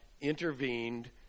intervened